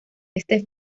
este